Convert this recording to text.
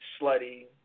slutty